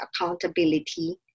accountability